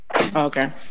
Okay